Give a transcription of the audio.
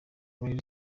ray